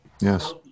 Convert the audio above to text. Yes